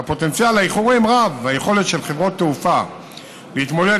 הפוטנציאל לאיחורים רב והיכולת של חברות תעופה להתמודד